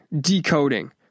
decoding